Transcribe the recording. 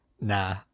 nah